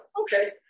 Okay